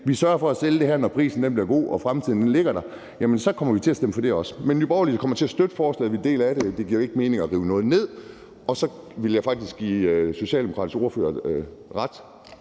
vi sørger for at sælge det her, når prisen bliver god og fremtiden ligger der, så kommer vi også til at stemme for det. Men Nye Borgerlige kommer til at støtte forslaget. Det giver jo ikke mening at rive noget ned, og så vil jeg faktisk give den socialdemokratiske ordfører ret: